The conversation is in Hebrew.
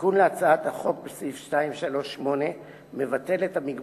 התיקון של סעיף 238 בהצעת החוק מבטל את המגבלה,